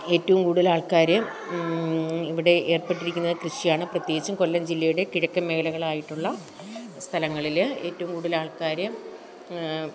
ഏറ്റവും കൂടലാൾക്കാർ ഇവിടെ ഏർപ്പെട്ടിരിക്കുന്നത് കൃഷിയാണ് പ്രത്യേകിച്ചും കൊല്ലം ജില്ലയുടെ കിഴക്കൻ മേഘലകളായിട്ടുള്ള സ്ഥലങ്ങളിൽ ഏറ്റവും കൂടുതലാൾക്കാർ